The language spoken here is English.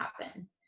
happen